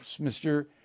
Mr